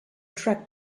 track